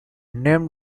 name